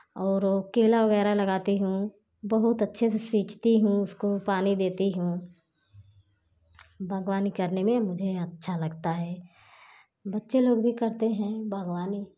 और केला वगैरह लगाती हूँ बहुत अच्छे से सींचती हूँ उसको पानी देती हूँ बागवानी करने में मुझे अच्छा लगता है बच्चे लोग भी करते हैं बागवानी